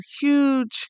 huge